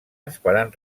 esperant